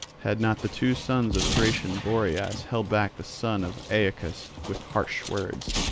had not the two sons of thracian boreas held back the son of aeacus with harsh words.